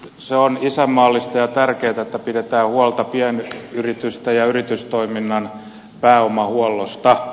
se on isänmaallista ja tärkeätä että pidetään huolta pienyritysten ja yritystoiminnan pääomahuollosta